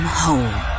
home